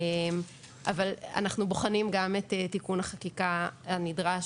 אבל אנחנו בוחנים גם את תיקון החקיקה הנדרש